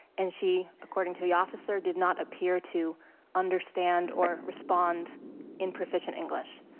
and she, according to the officer, did not appear to understand or respond in proficient english,